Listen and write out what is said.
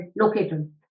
located